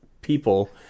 people